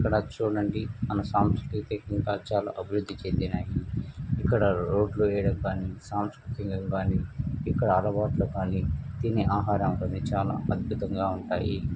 ఇక్కడ చూడండి మన సాంస్కృతికంగా చాలా అభివృద్ధి చెందినాయి ఇక్కడ రోడ్లు వేయడం కానీ సాంస్కృతిక ఇక్కడ అలవాట్లు కానీ తినే ఆహారం చాలా అద్భుతంగా ఉంటాయి